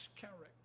character